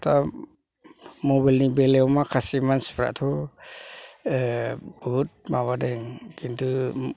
दा मबेल नि बेलयाव माखासे मानसिफ्राथ' बहुत माबादों खिन्थु